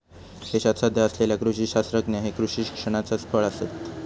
देशात सध्या असलेले कृषी शास्त्रज्ञ हे कृषी शिक्षणाचाच फळ आसत